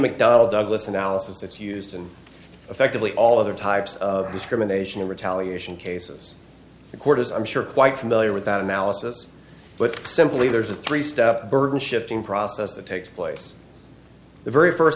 mcdonnell douglas analysis that's used in effectively all other types of discrimination in retaliation cases the court is i'm sure quite familiar with that analysis but simply there's a three step burden shifting process that takes place the very first